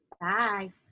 Bye